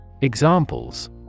Examples